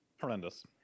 Horrendous